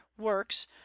works